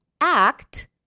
act